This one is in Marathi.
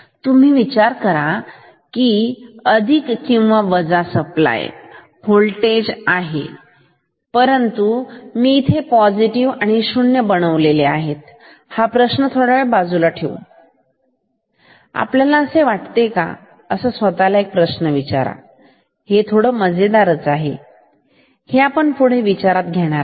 तुम्ही विचारू शकता हे अधिक किंवा वजा सप्लाय होल्टेज आहे परंतु मी इथे पॉझिटिव आणि शून्य बनवलेले आहेत हा प्रश्न थोडा वेळ बाजूला ठेवू तुम्हाला असे वाटते का स्वतः ला एक प्रश्न विचारा हे जास्तच मजेदार आहे हे आपण पुढे विचारात घेणार आहोत